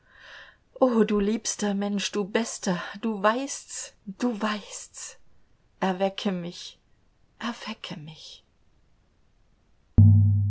o du liebster mensch du bester du weißt's du weißt's erwecke mich erwecke mich